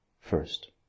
First